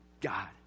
God